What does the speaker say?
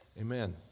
Amen